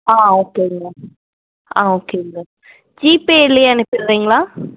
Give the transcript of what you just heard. ஆ ஓகேங்க ஆ ஓகேங்க ஜிபேலேயே அனுப்பிடுறீங்களா